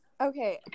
Okay